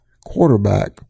quarterback